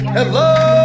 Hello